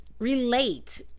relate